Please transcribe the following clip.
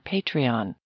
Patreon